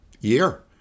year